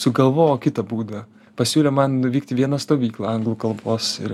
sugalvojo kitą būdą pasiūlė man nuvykt į vieną stovyklą anglų kalbos ir